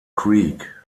creek